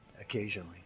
occasionally